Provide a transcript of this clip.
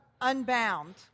Unbound